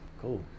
cool